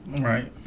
Right